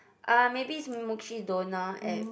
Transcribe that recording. uh maybe it's Mukshidonna at